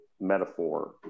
metaphor